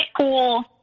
cool